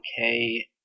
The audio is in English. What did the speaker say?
okay